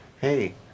hey